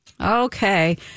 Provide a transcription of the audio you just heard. Okay